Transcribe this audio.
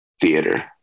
Theater